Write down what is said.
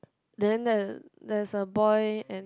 then there there's a boy and